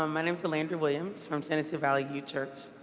um my name is elandria williams from tennessee valley uu church.